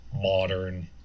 modern